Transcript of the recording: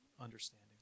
understanding